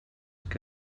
que